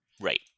Right